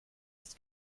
ist